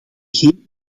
geen